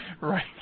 right